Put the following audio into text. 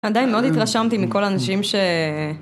עדיין מאוד התרשמתי מכל אנשים ש...